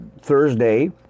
Thursday